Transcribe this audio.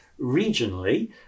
regionally